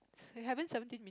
haven't seventy